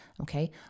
Okay